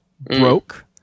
broke